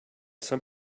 some